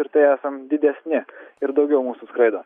ir tai esam didesni ir daugiau mūsų skraido